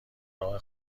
راه